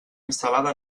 instal·lada